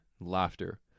laughter